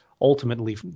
ultimately